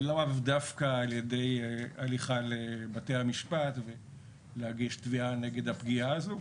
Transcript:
ולאו דווקא על ידי הליכה לבתי המשפט ולהגיש תביעה נגד הפגיעה הזו,